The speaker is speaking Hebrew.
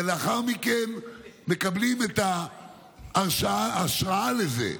ולאחר מכן מקבלים את ההשראה לזה,